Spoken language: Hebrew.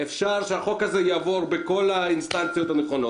אפשר שהחוק הזה יעבור על פי כל ההליכים המקובלים,